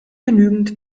genügend